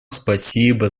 спасибо